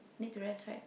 need to rest right